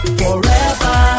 forever